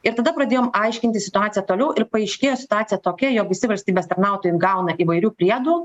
ir tada pradėjom aiškintis situaciją toliau ir paaiškėjo situacija tokia jog visi valstybės tarnautojai gauna įvairių priedų